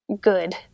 good